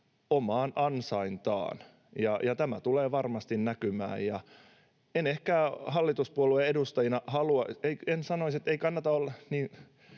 omaan ansaintaan, ja tämä tulee varmasti näkymään. Ehkä hallituspuolueen edustajien ei kannata olla niin